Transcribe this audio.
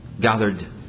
gathered